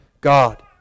God